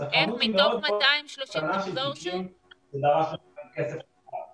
אז הכמות היא מאוד מאוד קטנה של תיקים שדרשנו כסף חזרה.